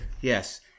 Yes